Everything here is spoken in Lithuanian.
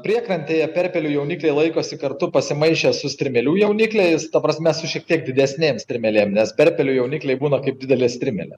priekrantėje perpelių jaunikliai laikosi kartu pasimaišęs su strimėlių jaunikliais ta prasme su šiek tiek didesnėm strimėlėm nes perpelių jaunikliai būna kaip didelės strimelės